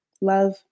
Love